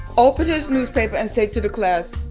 open his newspaper and say to the class,